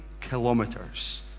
kilometers